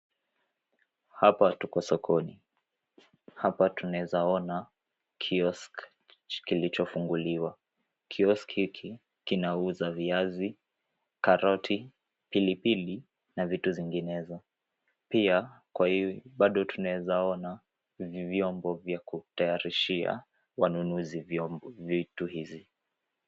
Hapa tuko sokoni. Hapa tunaeza ona kioski kilichofunguliwa. Kioski hiki kinauza viazi, karoti, pilipili na vitu zinginezo. Pia bado tunaweza ona vyombo vya kutayarishia wanunuzi vitu hizi.